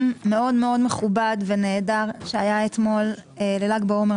מאוד מאוד מכובד ונהדר שהיה אתמול ב-ל"ג בעומר,